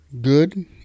Good